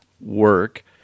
work